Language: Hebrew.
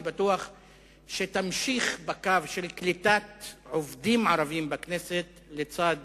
אני בטוח שתמשיך בקו של קליטת עובדים ערבים בכנסת לצד